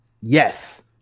yes